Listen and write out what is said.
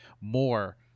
more